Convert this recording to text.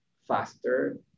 faster